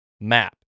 map